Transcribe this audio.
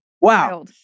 Wow